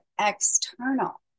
external